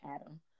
Adam